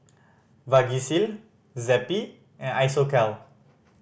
Vagisil Zappy and Isocal